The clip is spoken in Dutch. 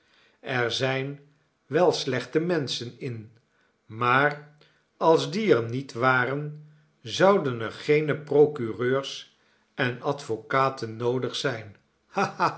er zijn wel slechte menschen in maar als die er niet waren zouden er geene procureurs en advocaten noodig zijn